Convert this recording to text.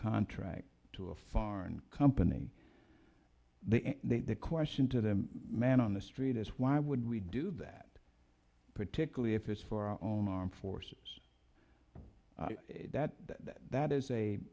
contract to a foreign company the question to the man on the street is why would we do that particularly if it's for our own armed forces that that is a